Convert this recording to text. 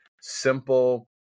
simple